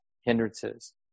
hindrances